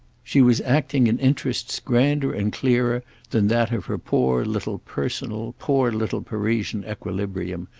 she was acting in interests grander and clearer than that of her poor little personal, poor little parisian equilibrium,